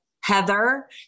Heather